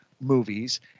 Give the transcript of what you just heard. movies